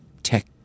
tech